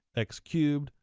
x cubed,